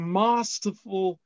masterful